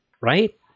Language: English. Right